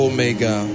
Omega